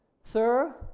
Sir